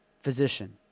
physician